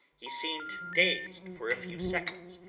he seemed dazed for a few seconds,